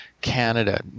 Canada